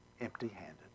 empty-handed